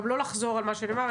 גם לא לחזור על מה שנאמר.